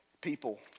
people